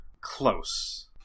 close